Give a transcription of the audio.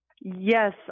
Yes